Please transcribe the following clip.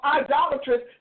idolatrous